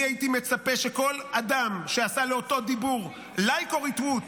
אני הייתי מצפה שכל אדם שעשה לאותו דיבור לייק או ריטווט